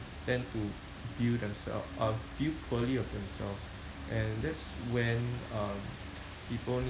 tend to view themselves uh view poorly of themselves and that's when um people need